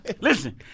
Listen